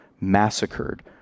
massacred